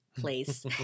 place